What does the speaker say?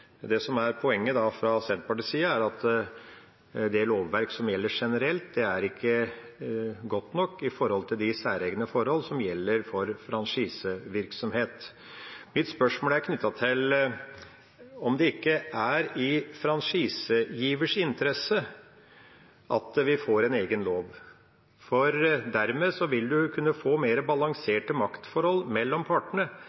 det er det som er poenget. Det som er poenget fra Senterpartiets side, er at det lovverket som gjelder generelt, er ikke godt nok for de særegne forhold som gjelder for franchisevirksomhet. Mitt spørsmål er om det ikke er i franchisegivers interesse at vi får en egen lov, for dermed vil en kunne få